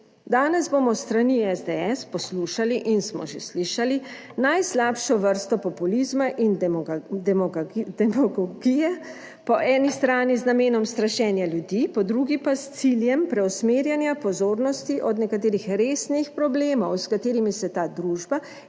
Danes bomo s strani SDS poslušali in smo že slišali najslabšo vrsto populizma in demagogije, po **18. TRAK (VI) 14.25** (Nadaljevanje) eni strani z namenom strašenja ljudi, po drugi pa s ciljem preusmerjanja pozornosti od nekaterih resnih problemov, s katerimi se ta družba in del